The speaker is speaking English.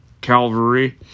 Calvary